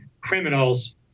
criminals